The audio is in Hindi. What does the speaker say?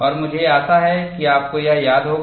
और मुझे आशा है कि आपको यह याद होगा